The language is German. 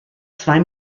zwei